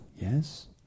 yes